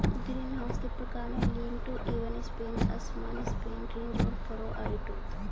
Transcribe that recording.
greenhouse के प्रकार है, लीन टू, इवन स्पेन, असमान स्पेन, रिज और फरो, आरीटूथ